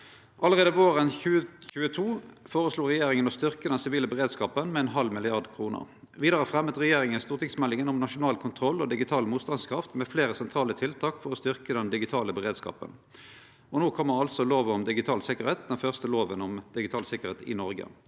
Allereie våren 2022 føreslo regjeringa å styrkje den sivile beredskapen med ein halv milliard kroner. Vidare fremja regjeringa stortingsmeldinga om nasjonal kontroll og digital motstandskraft, med fleire sentrale tiltak, for å styrkje den digitale beredskapen. No kjem altså lov om digital sikkerhet, den første lova om digital sikkerheit i Noreg.